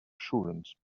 assurance